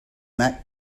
that